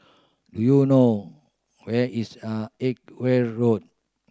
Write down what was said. do you know where is a Edgware Road